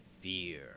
fear